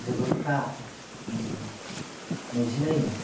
जोलुरफ्रा नैजि नै